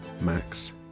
Max